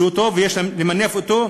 ויש למנף אותו,